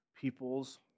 people's